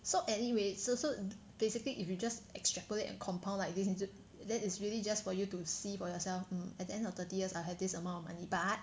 so anyway so so basically if you just extrapolate a compound like this 你就 then is really just for you to see for yourself at the end of thirty years I have this amount of money but